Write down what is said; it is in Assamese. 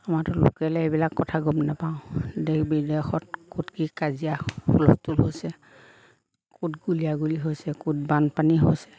আমাৰতো লোকেলে এইবিলাক কথা গম নাপাওঁ দেশ বিদেশত ক'ত কি কাজিয়া হুলস্থুল হৈছে ক'ত গুলিয়া গুলি হৈছে ক'ত বানপানী হৈছে